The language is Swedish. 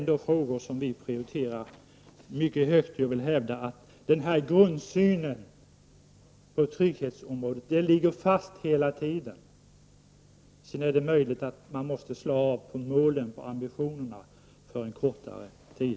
Jag vill hävda att vår grundsyn på trygghetsområdet ligger fast hela tiden. Sedan är det möjligt att man måste slå av på ambitionerna för en kortare tid.